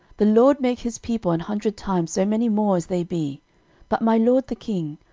the lord make his people an hundred times so many more as they be but, my lord the king,